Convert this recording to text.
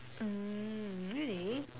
mm really